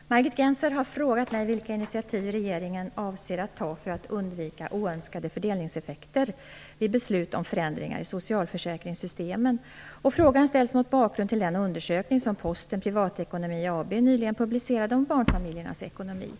Fru talman! Margit Gennser har frågat mig vilka initiativ regeringen avser att ta för att undvika oönskade fördelningseffekter vid beslut om förändringar i socialförsäkringssystemen. Frågan ställs mot bakgrund till den undersökning som Posten Privatekonomi AB nyligen publicerade om barnfamiljernas ekonomi.